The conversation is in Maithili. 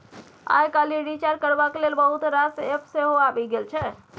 आइ काल्हि रिचार्ज करबाक लेल बहुत रास एप्प सेहो आबि गेल छै